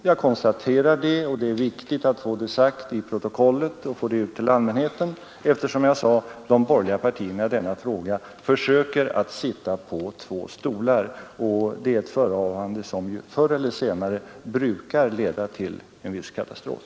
Jag konstaterar den saken och anser det viktigt att få det fört till kammarens protokoll och därigenom ut till allmänheten, eftersom de borgerliga partierna i denna fråga försöker sitta på två stolar. Det är ett förehavande som förr eller senare brukar leda till katastrof.